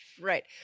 Right